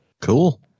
cool